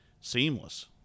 seamless